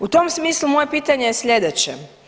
U tom smislu moje pitanje je sljedeće.